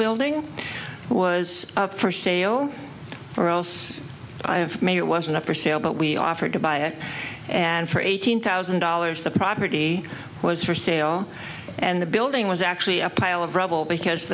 building was up for sale or else i have made it was an upper sale but we offered to buy it and for eighteen thousand dollars the property was for sale and the building was actually a pile of rubble because